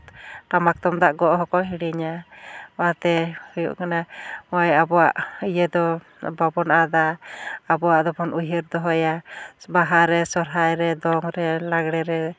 ᱴᱟᱢᱟᱠ ᱛᱩᱢᱫᱟᱜ ᱜᱚᱜ ᱦᱚᱸᱠᱚ ᱦᱤᱲᱤᱧᱟ ᱚᱱᱟᱛᱮ ᱦᱩᱭᱩᱜ ᱠᱟᱱᱟ ᱦᱚᱸᱜᱼᱚᱭ ᱟᱵᱚᱣᱟᱜ ᱤᱭᱟᱹ ᱫᱚ ᱵᱟᱵᱚᱱ ᱟᱫᱟ ᱟᱵᱚᱣᱟᱜ ᱫᱚᱵᱚᱱ ᱩᱭᱦᱟᱹᱨ ᱫᱚᱦᱚᱭᱟ ᱵᱟᱦᱟ ᱨᱮ ᱥᱚᱨᱦᱟᱭ ᱨᱮ ᱫᱚᱝ ᱨᱮ ᱞᱟᱜᱽᱬᱮ ᱨᱮ